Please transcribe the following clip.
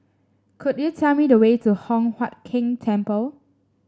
could you tell me the way to Hock Huat Keng Temple